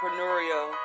Entrepreneurial